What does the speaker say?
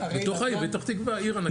מתוך העיר, פתח תקווה היא עיר ענקית.